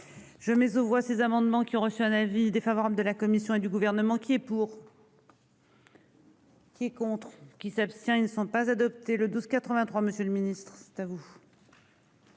Je mets aux voix ces amendements qui ont reçu un avis défavorable de la Commission et du gouvernement qui est pour. Qui est contre qui s'abstient. Ils ne sont pas adopté le 12 83. Monsieur le Ministre, c'est à vous.--